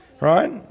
right